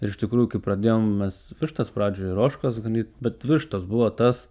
ir iš tikrųjų kai pradėjom mes vištas pradžioj ir ožkas ganyti bet vištos buvo tas